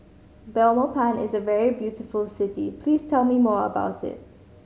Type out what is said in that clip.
Belmopan is a very beautiful city Please tell me more about it